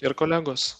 ir kolegos